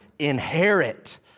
inherit